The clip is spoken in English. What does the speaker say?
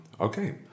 okay